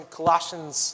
Colossians